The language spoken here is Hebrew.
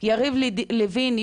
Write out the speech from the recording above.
יריב לוין,